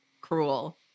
cruel